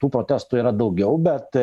tų protestų yra daugiau bet